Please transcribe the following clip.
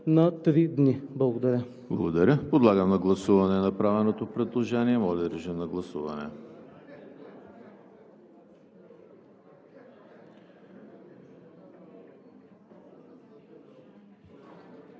на три дни. Благодаря.